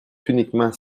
uniquement